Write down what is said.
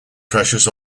precious